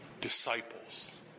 disciples